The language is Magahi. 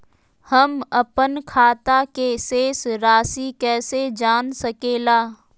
हमर अपन खाता के शेष रासि कैसे जान सके ला?